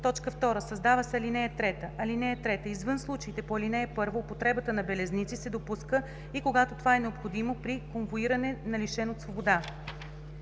2. Създава се ал. 3: „(3) Извън случаите по ал. 1 употребата на белезници се допуска и когато това е необходимо при конвоиране на лишен от свобода“.“